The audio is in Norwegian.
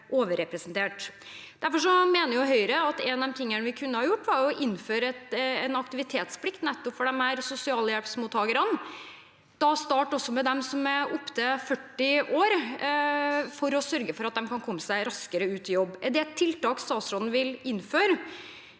Derfor mener Høyre at en av de tingene vi kunne ha gjort, var å innføre en aktivitetsplikt nettopp for disse sosialhjelpsmottakerne, og da starte med dem som er opp til 40 år, for å sørge for at de kan komme seg raskere ut i jobb. Er det et tiltak statsråden vil innføre